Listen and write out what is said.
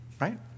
Right